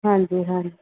ਹਾਂਜੀ ਹਾਂ